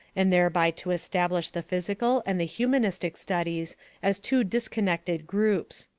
and thereby to establish the physical and the humanistic studies as two disconnected groups.